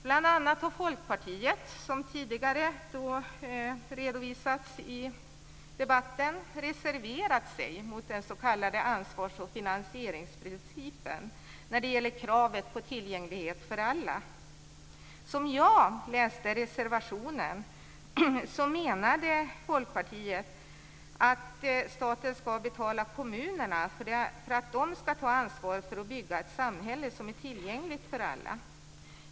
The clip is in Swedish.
Bl.a. har Folkpartiet, som tidigare redovisats i debatten reserverat sig mot den s.k. ansvars och finansieringsprincipen när det gäller kravet på tillgänglighet för alla. Som jag läste reservationen menar Folkpartiet att staten ska betala kommunerna för att de ska ta ansvar för att bygga ett samhälle som är tillgängligt för alla.